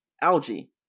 algae